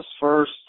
first